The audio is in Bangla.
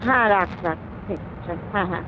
হ্যাঁ রাখ রাখ হুঁ হুঁ হ্যাঁ হ্যাঁ